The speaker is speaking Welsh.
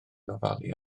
ofalu